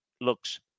looks